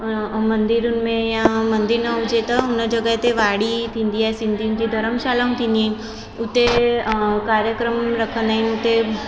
मंदरनि में या मंदर न हुजे त हुन जॻह ते वाड़ी थींदी आहे सिंधियुनि जी धर्मशालाऊं थींदी आहिनि हुते कार्यक्रम रखंदा आहिनि हुते